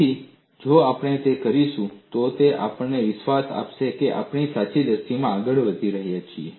તેથી જો આપણે તે કરીશું તો તે આપણને વિશ્વાસ આપશે કે આપણે સાચી દિશામાં આગળ વધી રહ્યા છીએ